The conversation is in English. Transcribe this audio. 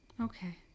Okay